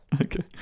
Okay